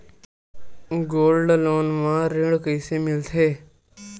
Gold loan म ऋण कइसे मिलथे?